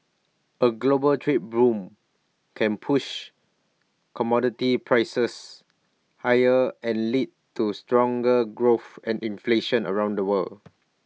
A global trade boom can push commodity prices higher and lead to stronger growth and inflation around the world